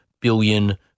billion